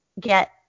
get